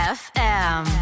fm